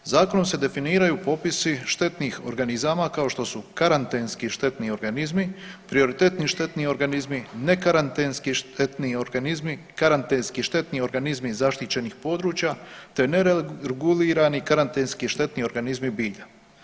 Zakonom se definiraju popisi štetnih organizama kao što su karantenski štetni organizmi, prioritetni štetni organizmi, nekarantenski štetni organizmi, karantenski štetni organizmi zaštićenih područja, te neregulirani karantenski štetni organizmi bilja.